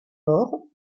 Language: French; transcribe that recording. mort